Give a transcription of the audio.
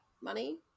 money